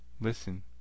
Listen